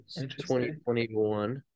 2021